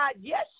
Yes